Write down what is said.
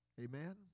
Amen